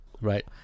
Right